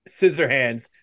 Scissorhands